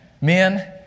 men